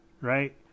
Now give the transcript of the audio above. right